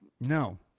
No